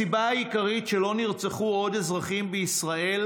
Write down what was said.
הסיבה העיקרית שלא נרצחו עוד אזרחים בישראל